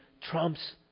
trumps